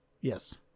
Yes